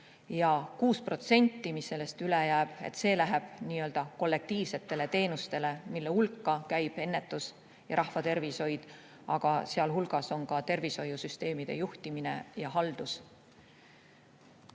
Ja 6%, mis sellest üle jääb, läheb nii-öelda kollektiivsetele teenustele, mille hulka käivad ennetus ja rahvatervishoid. Aga seal hulgas on ka tervishoiusüsteemide juhtimine ja haldus.